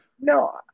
No